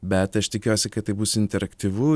bet aš tikiuosi kad tai bus interaktyvu